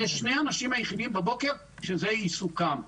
אלה שני האנשים היחידים בבוקר שזה עיסוקם.